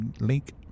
link